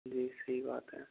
जी सही बात है